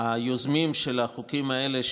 היוזמים של החוקים האלה,